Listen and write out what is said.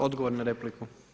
Odgovor na repliku.